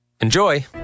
Enjoy